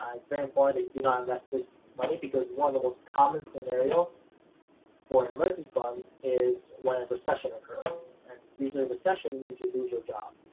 it's very important that you do not invest this money because one of the most common scenarios for an emergency fund is when a recession occurs, and usually a recession means you lose your job,